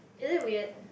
is it weird